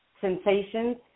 sensations